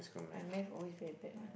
my Math always very bad one